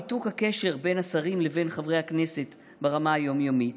ניתוק הקשר בין השרים לבין חברי הכנסת ברמה היום-יומית.